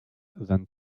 than